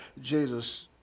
Jesus